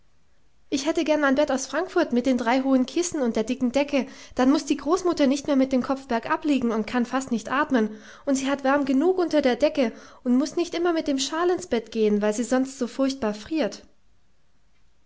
ich hätte gern mein bett aus frankfurt mit den drei hohen kissen und der dicken decke dann muß die großmutter nicht mehr mit dem kopf bergab liegen und kann fast nicht atmen und sie hat warm genug unter der decke und muß nicht immer mit dem schal ins bett gehen weil sie sonst furchtbar friert